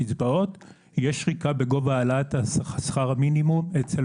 יש שחיקה בגובה העלאת שכר המינימום אצל